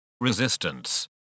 resistance